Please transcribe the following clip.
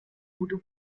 voodoo